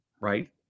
right